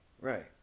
Right